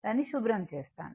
దాన్ని శుభ్రం చేస్తాను